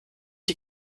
die